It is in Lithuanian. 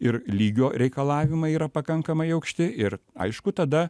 ir lygio reikalavimai yra pakankamai aukšti ir aišku tada